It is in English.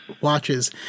watches